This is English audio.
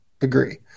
Agree